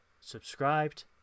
subscribed